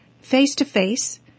face-to-face